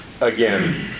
again